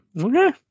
Okay